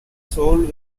sold